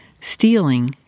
stealing